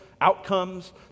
outcomes